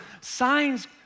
signs